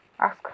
ask